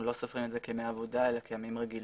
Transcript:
לא סופרים את זה כימי עבודה אלא כימים רגילים?